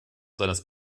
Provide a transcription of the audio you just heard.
seines